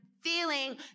feeling